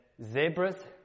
Zebras